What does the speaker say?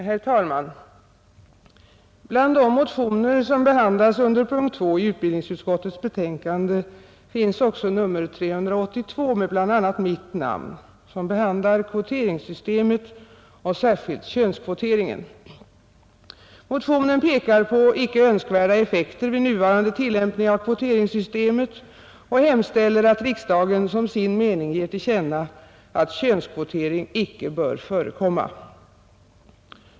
Herr talman! Bland de motioner som behandlas under punkten 2 i utbildningsutskottets betänkande finns också nr 382 med bl.a. mitt namn, som behandlar kvoteringssystemet och särskilt könskvoteringen. Motionen pekar på icke önskvärda effekter vid nuvarande tillämpning av kvoteringssystemet och hemställer att riksdagen som sin mening ger till känna att könskvotering icke bör förekomma.